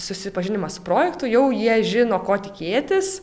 susipažinimas projektu jau jie žino ko tikėtis